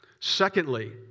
Secondly